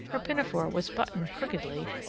her pinafore was buttoned crookedly,